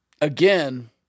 again